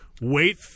wait